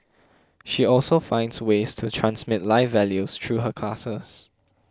she also finds ways to transmit life values through her classes